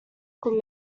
could